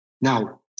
Now